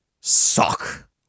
Sock